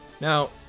Now